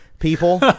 People